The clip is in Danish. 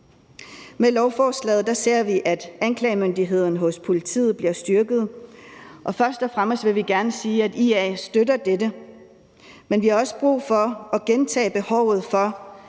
Med lovforslaget ser vi, at anklagemyndigheden hos politiet bliver styrket, og først og fremmest vil vi gerne sige, at IA støtter dette, men vi har også brug for at gentage behovet for